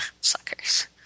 Suckers